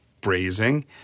braising